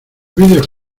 vídeos